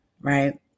right